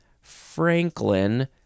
Franklin